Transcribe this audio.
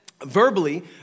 verbally